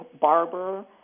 barber